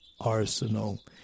arsenal